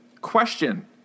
question